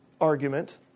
argument